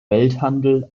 welthandel